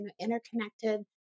interconnected